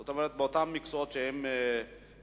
זאת אומרת, באותם מקצועות שהם למדו.